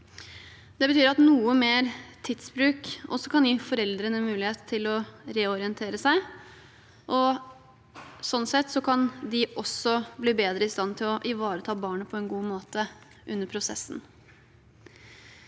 Det betyr at noe mer tidsbruk også kan gi foreldrene mulighet til å reorientere seg. Slik sett kan de også bli bedre i stand til å ivareta barna på en god måte under prosessen.